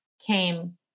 came